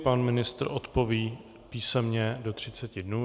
Pan ministr odpoví písemně do 30 dnů.